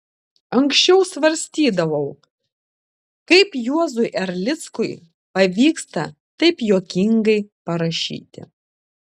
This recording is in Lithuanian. anksčiau svarstydavau kaip juozui erlickui pavyksta taip juokingai parašyti